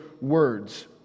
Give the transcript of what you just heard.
words